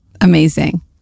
Amazing